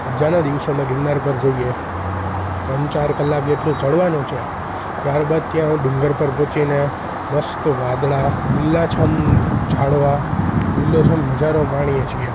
રજાના દિવસોમાં ગીરનાર પર જઈએ ત્રણ ચાર કલાક એટલું ચડવાનું છે ત્યારબાદ ત્યાં ડુંગર પર પહોંચીને મસ્ત વાદળા લીલાછમ્મ ઝાડવા લીલોછમ્મ નજારો માણીએ છીએ